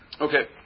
Okay